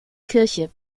kirche